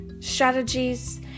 strategies